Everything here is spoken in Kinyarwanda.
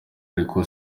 ariko